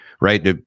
right